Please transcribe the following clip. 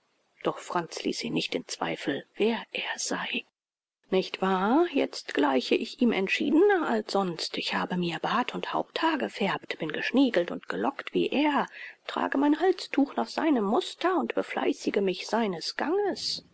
doch franz ließ ihn nicht in zweifel wer er sei nicht wahr jetzt gleiche ich ihm entschiedener als sonst ich habe mir bart und haupthaar gefärbt bin geschniegelt und gelockt wie er trage mein halstuch nach seinem muster und befleißige mich seines ganges